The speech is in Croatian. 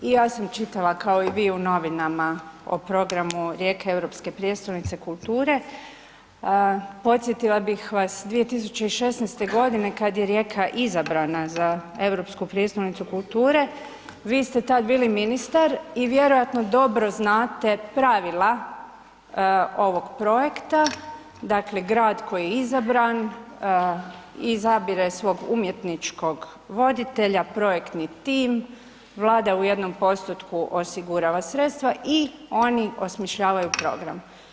I ja sam čitala kao i vi u novinama o programu Rijeke Europske prijestolnice kulture, podsjetila bih vas 2016. godine kada je Rijeka izabrana za Europsku prijestolnicu kulture, vi ste tada bili ministar i vjerojatno dobro znate pravila ovog projekta, dakle grad koji je izabran izabire svog umjetničkog voditelja, projektni tim, Vlada u jednom postotku osigurava sredstva i oni osmišljavaju program.